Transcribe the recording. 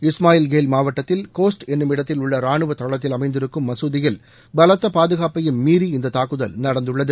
இஸ்மாயில்கேல் மாவட்டத்தில் கோஸ்ட் என்னுமிடத்தில் உள்ள ரானுவ தளத்தில் அமைந்திருக்கும் மசூதியில் பலத்த பாதுகாப்பையும் மீறி இந்த தாக்குதல் நடந்துள்ளது